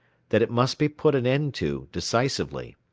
that it must be put an end to decisively,